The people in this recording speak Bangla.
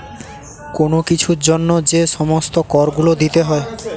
কোন কিছুর জন্য যে সমস্ত কর গুলো দিতে হয়